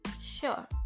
Sure